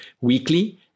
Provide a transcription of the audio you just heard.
weekly